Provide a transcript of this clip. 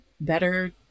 better